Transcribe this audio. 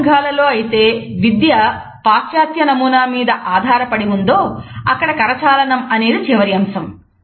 ఏ సంఘాలలో అయితే విద్య పాశ్చాత్య నమూనా మీద ఆధారపడి ఉందో అక్కడ కరచాలనం అనేది చివరి అంశం